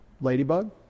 ladybug